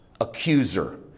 accuser